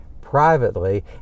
privately